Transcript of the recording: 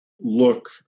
look